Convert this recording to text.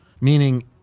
Meaning